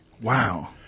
Wow